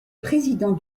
président